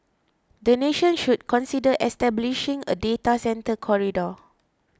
the nation should consider establishing a data centre corridor